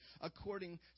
according